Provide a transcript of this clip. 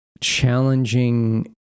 challenging